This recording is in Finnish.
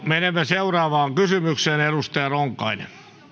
menemme seuraavaan kysymykseen edustaja ronkainen